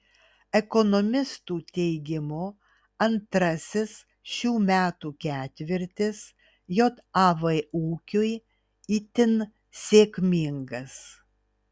ekonomistų teigimu antrasis šių metų ketvirtis jav ūkiui itin sėkmingas